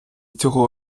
цього